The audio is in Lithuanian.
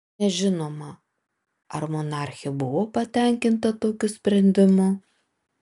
nežinoma ar monarchė buvo patenkinta tokiu sprendimu